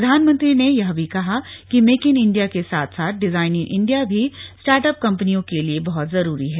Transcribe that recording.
प्रधानमंत्री ने यह भी कहा कि मेक इन इंडिया के साथ साथ डिजाइन इन इंडिया भी स्टार्टअप कम्पनियों के लिए बहत जरूरी है